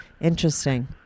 Interesting